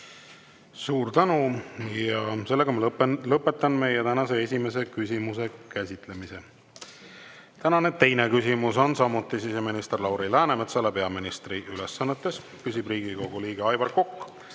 Suur tänu! Lõpetan meie tänase esimese küsimuse käsitlemise. Tänane teine küsimus on samuti siseminister Lauri Läänemetsale peaministri ülesannetes, küsib Riigikogu liige Aivar Kokk